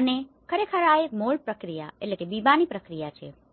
અને ખરેખર આ એક મોલ્ડ પ્રક્રિયાmould processબીબાની પ્રક્રિયા છે